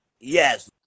Yes